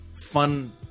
fun